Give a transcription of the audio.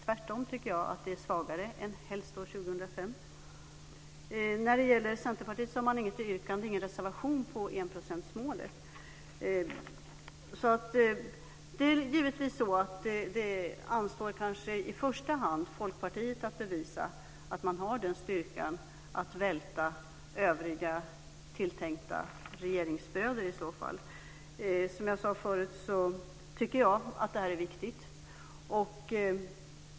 Jag tycker tvärtom att det är svagare än "helst år 2005". Centerpartiet har inget yrkande och ingen reservation om enprocentsmålet. Det anstår kanske i första hand Folkpartiet att bevisa att det har styrkan att välta övriga tilltänkta regeringsbröder i så fall. Som jag sade förut tycker jag att detta är viktigt.